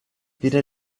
weder